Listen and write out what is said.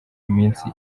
iminsi